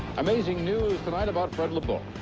amazing news tonight about fred lebow.